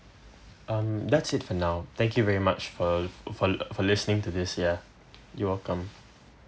um that's it for now thank you very much for for li~ for listening to this ya you're welcome